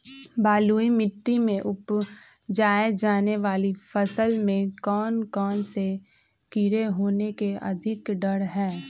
बलुई मिट्टी में उपजाय जाने वाली फसल में कौन कौन से कीड़े होने के अधिक डर हैं?